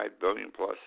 billion-plus